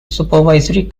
supervisory